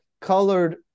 colored